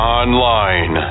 online